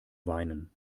weinen